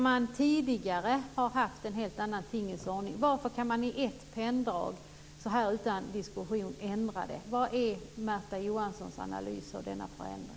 Tidigare har man ju haft en annan tingens ordning. Varför kan man i ett penndrag utan diskussion ändra på det? Vad är Märta Johanssons analys av denna förändring?